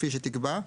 כפי שתקבע,